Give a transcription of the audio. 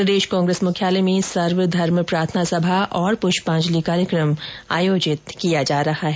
प्रदेश कांग्रेस मुख्यालय में सर्वधर्म प्रार्थना सभा और प्रष्पजंलि कार्यक्रम आयोजित किया जा रहा है